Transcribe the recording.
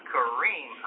Kareem